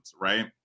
right